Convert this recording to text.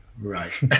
Right